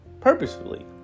purposefully